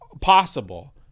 possible